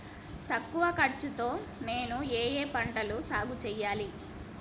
తక్కువ ఖర్చు తో నేను ఏ ఏ పంటలు సాగుచేయాలి?